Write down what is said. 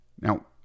Now